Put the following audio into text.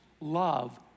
love